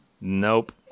Nope